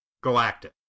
Galactic